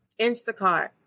Instacart